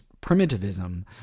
primitivism